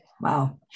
Wow